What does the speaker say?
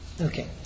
Okay